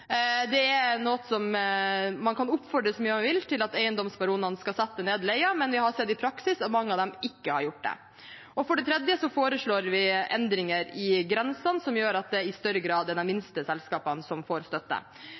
Man kan oppfordre så mye man vil til at eiendomsbaronene skal sette ned leien, men vi har sett i praksis at mange av dem ikke har gjort det. Og for det tredje foreslår vi endringer i grensene som gjør at det i større grad er de minste selskapene som får støtte.